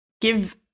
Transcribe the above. give